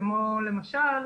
כמו למשל,